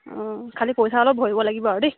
অঁ খালি পইচা অলপ ভৰিব লাগিব আৰু দেই